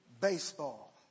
Baseball